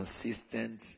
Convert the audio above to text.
consistent